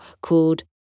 called